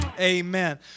amen